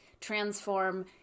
transform